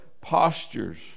postures